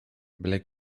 byle